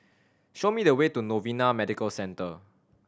Show me the way to Novena Medical Centre